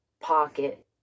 pocket